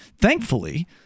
thankfully